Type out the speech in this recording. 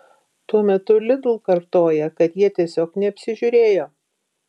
tuo metu lidl kartoja kad jie tiesiog neapsižiūrėjo